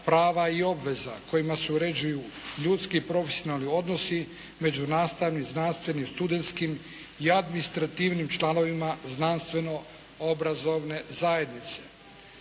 prava i obveza kojima se uređuju ljudski i profesionalni odnosi, međunastavni, znanstveni, u studentskim i administrativnim članovima znanstveno-obrazovne zajednice.